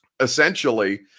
essentially